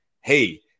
hey